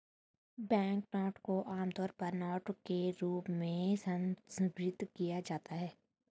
banknote को आमतौर पर नोट के रूप में संदर्भित किया जाता है